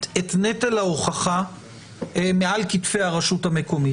את נטל ההוכחה מעל כתפי הרשות המקומית.